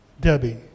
Debbie